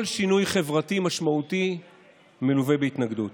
כל שינוי חברתי משמעותי מלווה בהתנגדות.